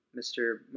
Mr